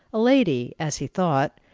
a lady, as he thought,